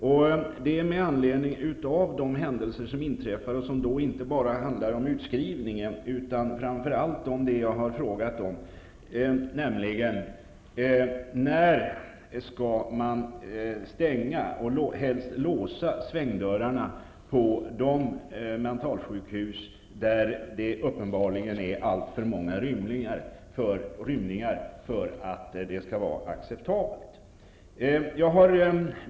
Jag frågar med anledning av de händelser som inträffar och som inte bara handlar om utskrivningar utan framför allt om det jag har frågat om, nämligen när man skall stänga, och helst låsa, svängdörrarna på de mentalsjukhus där det uppenbarligen förekommer alltför många rymningar för att det skall vara acceptabelt.